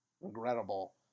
regrettable